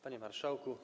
Panie Marszałku!